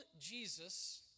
Jesus